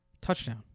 touchdown